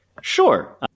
Sure